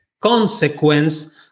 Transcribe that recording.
consequence